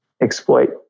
Exploit